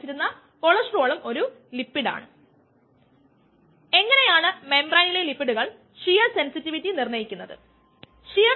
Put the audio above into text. നമ്മൾ S versus t data ശേഖരിക്കുന്നു നമ്മൾ അങ്ങനെ ചെയ്യുകയാണെങ്കിൽ മൈക്കിളിസ് മെന്റൻ സമവാക്യം എന്നത് v equals v max Skm S